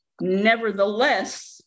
Nevertheless